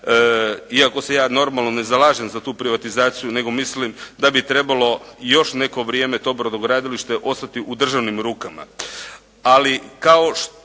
Iako se ja normalno ne zalažem za tu privatizaciju nego mislim da bi trebalo još neko vrijeme to brodogradilište ostati u državnim rukama.